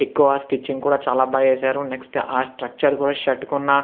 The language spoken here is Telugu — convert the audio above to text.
ఎక్కువ స్టిట్చింగ్ కూడా చాలా బాగా చేశారు నెక్స్ట్ ఆ స్ట్రక్చర్ కూడా షర్ట్కి ఉన్న